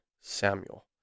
Samuel